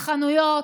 החנויות.